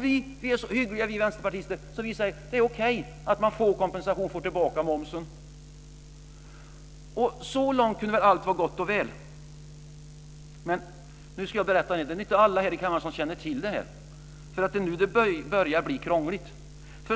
Vi är så hyggliga vi vänsterpartister att vi säger att det är okej att man får kompensation, man får tillbaka momsen. Så långt kunde väl allt vara gott och väl. Men nu ska jag berätta något som inte alla här i kammaren känner till. Det är nu det börjar bli krångligt.